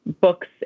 books